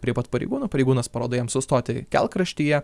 prie pat pareigūno pareigūnas parodo jam sustoti kelkraštyje